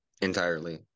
entirely